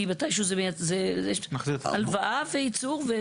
כי מתישהו זאת הלוואה וייצור.